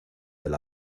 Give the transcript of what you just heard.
del